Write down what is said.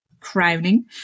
crowning